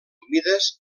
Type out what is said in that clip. humides